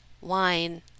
wine